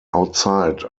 outside